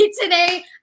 today